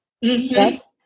yes